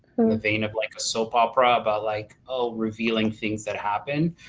in the vain of like a soap opera but like of revealing things that happens,